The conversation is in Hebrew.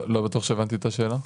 לא בטוח שאני הבנתי את השאלה.